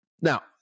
now